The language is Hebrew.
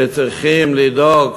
שצריכים לדאוג